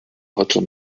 hotel